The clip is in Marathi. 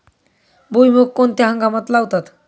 भुईमूग कोणत्या हंगामात लावतात?